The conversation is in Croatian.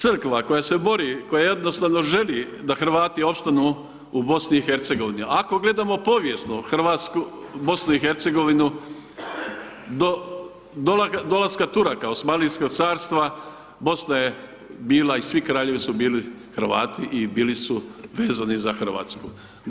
Crkva koja se bori, koja jednostavno želi da Hrvati opstanu u BiH, ako gledamo povijesno BiH do dolaska Turaka Osmanlijskog Carstva, Bosna je bila i svi kraljevi su bili Hrvati i bili su vezani za Hrvatsku.